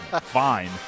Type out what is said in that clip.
Fine